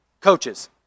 Coaches